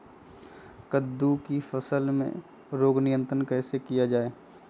कददु की फसल में रोग नियंत्रण कैसे किया जाए?